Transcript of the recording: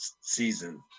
season